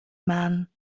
man